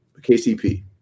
KCP